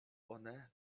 one